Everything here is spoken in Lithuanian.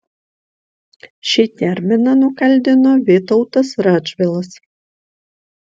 šį terminą nukaldino vytautas radžvilas